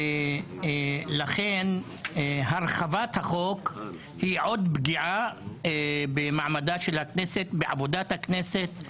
ולכן הרחבת החוק היא עוד פגיעה במעמדה של הכנסת ובעבודת הכנסת,